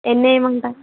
ఎన్ని ఎన్ని వెయ్యమంటారు